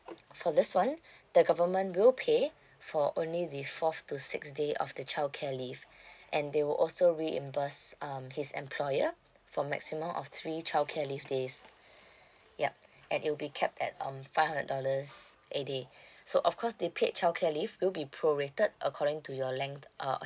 for this one the government will pay for only the fourth to sixth day of the childcare leave and they will also reimburse um his employer for maximum of three childcare leave days yup and it'll be capped at um five hundred dollars a day so of course the paid childcare leave will be prorated according to your length uh